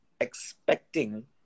expecting